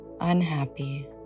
unhappy